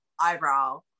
eyebrow